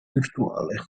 virtuale